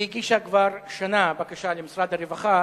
היא הגישה כבר לפני שנה בקשה למשרד הרווחה